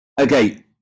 okay